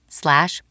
slash